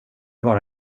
vara